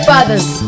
Fathers